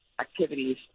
activities